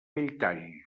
belltall